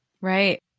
Right